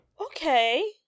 okay